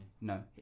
No